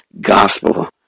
gospel